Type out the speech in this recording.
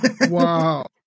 wow